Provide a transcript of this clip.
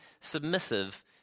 submissive